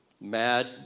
mad